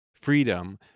freedom